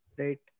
right